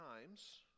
times